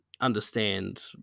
understand